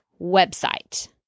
website